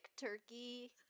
turkey